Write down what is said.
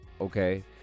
Okay